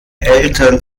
eltern